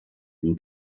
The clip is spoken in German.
dem